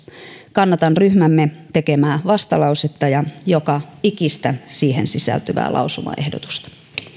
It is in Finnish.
kannatan ryhmämme tekemää vastalausetta ja joka ikistä siihen sisältyvää lausumaehdotusta